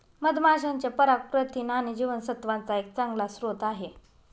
मधमाशांचे पराग प्रथिन आणि जीवनसत्त्वांचा एक चांगला स्रोत आहे